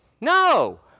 no